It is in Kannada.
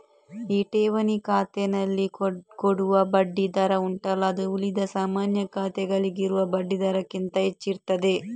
ಈ ಠೇವಣಿ ಖಾತೆನಲ್ಲಿ ಕೊಡುವ ಬಡ್ಡಿ ದರ ಉಂಟಲ್ಲ ಅದು ಉಳಿದ ಸಾಮಾನ್ಯ ಖಾತೆಗಳಿಗೆ ಇರುವ ಬಡ್ಡಿ ದರಕ್ಕಿಂತ ಹೆಚ್ಚಿರ್ತದೆ